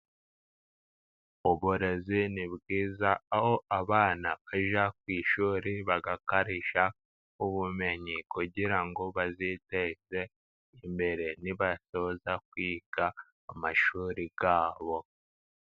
Uburezi ni bwiza, aho abana bajya ku ishuri bagakarishya ubumenyi kugira ngo baziteze imbere nibasoza kwiga amashuri yabo.